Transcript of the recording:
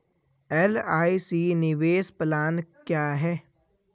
LIC निवेश plan क्या है?